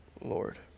Lord